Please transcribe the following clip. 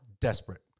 desperate